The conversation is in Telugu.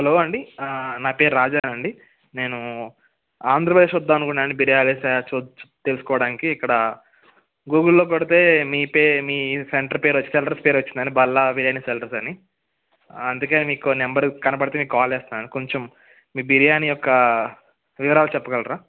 హలో అండి ఆ నా పేరు రాజారావు అండి నేను ఆంద్రప్రదేశ్ వద్దాము అనుకుంటున్నాను అండి బిర్యానీ తయారీ చూ తెలుసుకోడానికి ఇక్కడ గూగుల్లో కొడితే మీ పే మీ సెంటర్ పేరు వచ్చింది అండి బల్లా బిర్యానీ సెల్లెర్స్ అని అందుకే మీకు నంబరు కనపడితే కాల్ చేస్తున్నాను అండి కొంచెం మీ బిర్యానీ యొక్క వివరాలు చెప్పగలరా